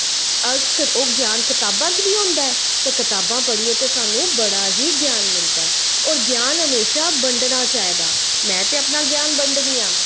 अस ओह् ग्यान कताबां च बी होंदा ऐ ते कताबां पढ़ियै ते सानूं बड़ी ही ज्ञान मिलदा ऐ होर ज्ञान हमेशां बंडना चाहिदा में ते अपना ज्ञान बंडनी आं